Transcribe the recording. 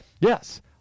yes